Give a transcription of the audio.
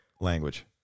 language